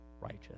Righteous